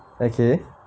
okay